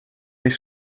des